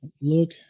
Look